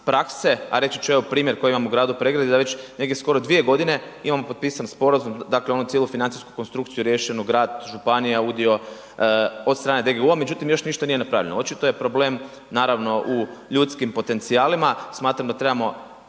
prakse, a reći ću evo primjer koji imam u gradu Pregradi, da već negdje skoro dvije godine imamo potpisani sporazum, dakle onu cijelu financijsku konstrukciju riješenu, grad, županija, udio od strane DGU-a, međutim još ništa nije napravljeno. Očito je problem naravno u ljudskim potencijalima, smatram da trebamo